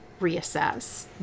reassess